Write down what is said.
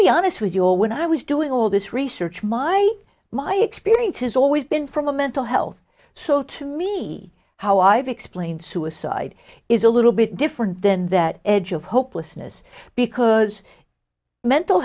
be honest with you all when i was doing all this research my my experience has always been from a mental health so to me how i've explained suicide is a little bit different than that edge of hopelessness because mental